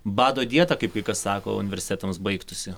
bado dieta kaip kai kas sako universitetams baigtųsi